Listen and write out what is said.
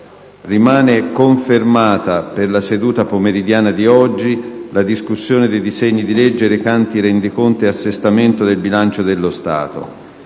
Rimane confermata per la seduta pomeridiana di oggi la discussione dei disegni di legge recanti rendiconto e assestamento del bilancio dello Stato.